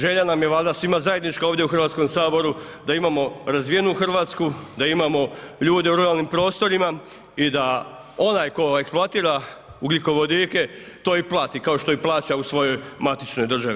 Želja nam je valjda svima zajednička ovdje u Hrvatskom saboru da imamo razvijenu Hrvatsku, da imamo ljude u ruralnim prostorima i da onaj tko eksploatira ugljikovodike to i plati kao što i plaća u svojoj matičnoj državi.